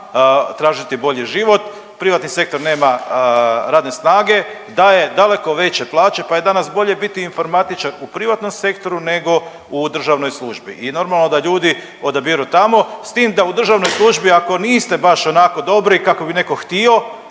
tražiti bolji život. Privatni sektor nema radne snage, daje daleko veće plaće, pa je danas bolje biti informatičar u privatnom sektoru nego u državnoj službi. I normalno da ljudi odabiru tamo, s tim da u državnoj službi ako niste baš onako dobri kako bi netko htio